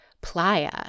playa